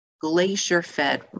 glacier-fed